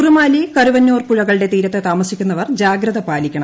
കുറുമാലി ക്കരുവന്നൂർ പുഴകളുടെ തീരത്ത് താമസിക്കുന്നവർ ജാഗ്രത്ത്പാലിക്കണം